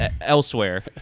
elsewhere